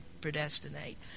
predestinate